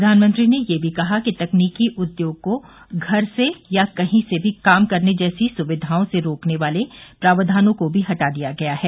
प्रधानमंत्री ने ये भी कहा कि तकनीकी उद्योग को घर से या कहीं से भी काम करने जैसी सुविघाओं से रोकने वाले प्रावधानों को भी हटा दिया गया है